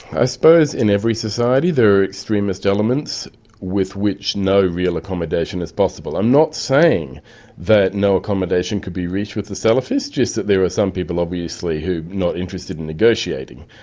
i suppose in every society there are extremist elements with which no real accommodation is possible. i'm not saying that no accommodation could be reached with the salafis, just that there are some people obviously who are not interested in negotiating.